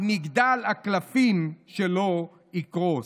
אז מגדל הקלפים שלו יקרוס.